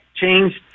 changed